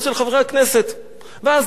אז נכנסתי לאולפן הכנסת.